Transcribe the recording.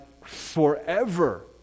forever